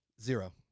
Zero